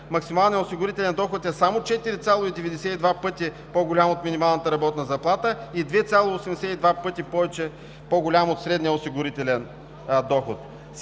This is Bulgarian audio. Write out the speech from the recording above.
максималният осигурителен доход е само 4,92 пъти по-голям от минималната работна заплата и 2,82 пъти по-голям от средния осигурителен доход